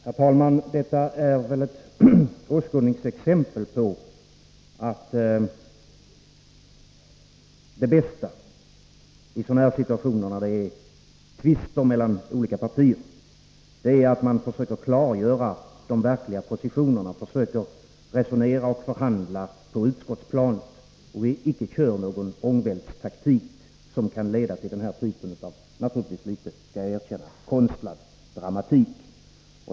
Herr talman! Detta är väl ett åskådningsexempel på att det bästa i sådana här situationer, när det är tvister mellan olika partier, är att man försöker klargöra de verkliga positionerna och försöker resonera och förhandla på utskottsplanet och att man inte tillämpar någon ångvältstaktik som kan leda till den typ av konstlad dramatik som vi nu får uppleva.